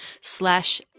slash